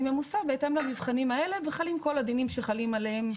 היא ממוסה בהתאם למבחנים האלה וחלים כל הדנים שחלים עליהם,